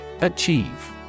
Achieve